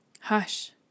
Hush